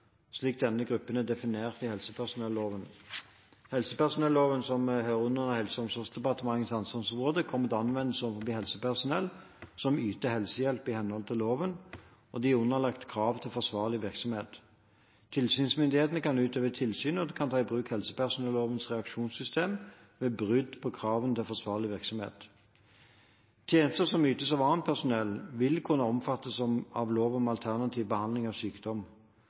slik denne gruppen er definert i helsepersonelloven. Helsepersonelloven, som hører under Helse- og omsorgsdepartementets ansvarsområde, kommer til anvendelse overfor helsepersonell som «yter helsehjelp» i henhold til loven, og de er underlagt kravene til forsvarlig virksomhet. Tilsynsmyndighetene kan utøve tilsyn, og de kan ta i bruk helsepersonellovens reaksjonssystem ved brudd på kravene til forsvarlig virksomhet. Tjenester som ytes av annet personell, vil kunne omfattes av lov om alternativ behandling av sykdom. Lov om alternativ behandling av sykdom